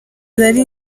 zari